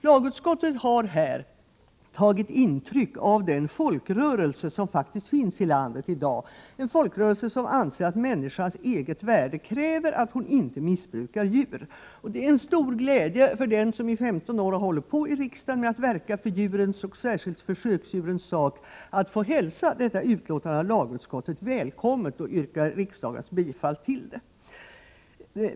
Lagutskottet har här tagit intryck av den folkrörelse som faktiskt finns i landet i dag, en folkrörelse som anser att människans eget värde kräver att hon inte missbrukar djur. Det är en stor glädje för mig som i 15 år i riksdagen verkat för djurens och särskilt för försöksdjurens sak att få hälsa detta betänkande av lagutskottet välkommet och yrka bifall till utskottets hemställan.